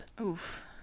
Oof